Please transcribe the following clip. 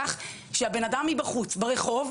אני מדברת על כך שבן האדם מבחוץ, ברחוב,